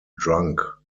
drunk